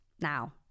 Now